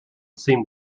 seems